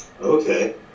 Okay